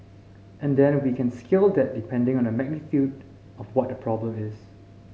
and then we can scale that depending on the magnitude of what the problem is